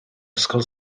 ysgol